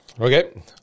okay